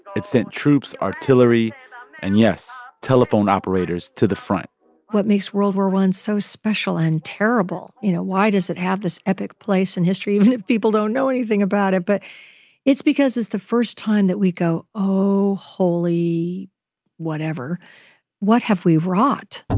it sent troops, artillery and, yes, telephone operators to the front what makes world war i so special and terrible? you know, why does it have this epic place in history even if people don't know anything about it? but it's because it's the first time that we go oh, holy whatever what have we wrought?